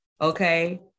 Okay